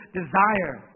desire